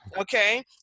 okay